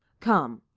come,